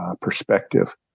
perspective